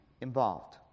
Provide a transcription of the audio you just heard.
involved